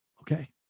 okay